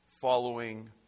following